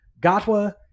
Gatwa